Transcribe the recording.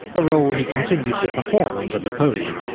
a role he continued to perform under napoleon,